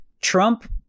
Trump